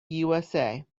usa